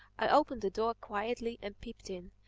i opened the door quietly and peeped in.